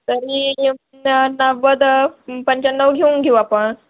तरी न नव्वद पंच्याण्णव घेऊन घेऊ आपण